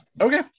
Okay